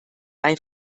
bei